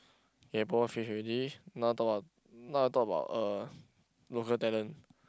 kaypoh finish already now talk about now talk about uh local talent